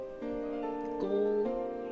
goal